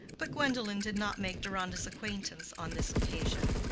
but gwendolen did not make deronda's acquaintance on this occasion.